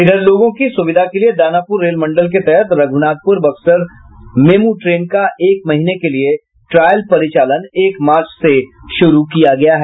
इधर लोगों की सुविधा के लिए दानापुर रेल मंडल के तहत रघुनाथपुर बक्सर मेमु ट्रेन का एक महीने के लिए ट्रायल परिचालन एक मार्च से शुरू किया गया है